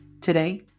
Today